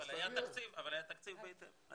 אבל היה תקציב בהתאם,